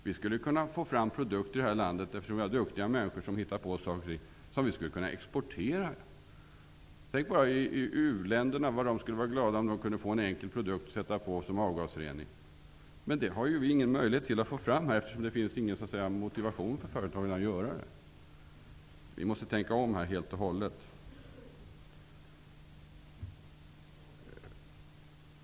Vi skulle kunna få fram produkter i Sverige, eftersom här finns duktiga människor som hittar på saker, som vi skulle kunna exportera. Tänk bara vad de skulle vara glada i u-länderna om de kunde få en enkel produkt att sätta på för avgasrening. Men det finns ingen möjlighet att få fram detta, eftersom det inte finns någon motivation för företagen att göra det. Vi måste tänka om helt och hållet.